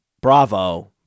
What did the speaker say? bravo